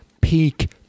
peak